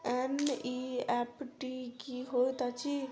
NEFT की होइत अछि?